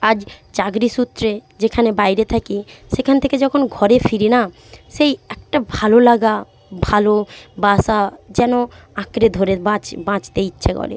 আজ চাকরি সূত্রে যেখানে বাইরে থাকি সেখান থেকে যখন ঘরে ফিরি না সেই একটা ভালো লাগা ভালো বাসা যেন আঁকড়ে ধরে বাঁচতে ইচ্ছা করে